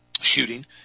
shooting